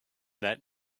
that